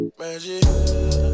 Magic